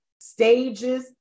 stages